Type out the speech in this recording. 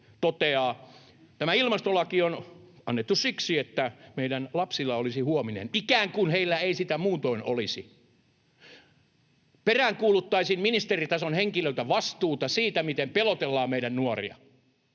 tämä ilmastolaki on annettu siksi, että meidän lapsilla olisi huominen — ikään kuin heillä ei sitä muutoin olisi. Peräänkuuluttaisin ministeritason henkilöltä vastuuta siitä, miten pelotellaan meidän nuoria.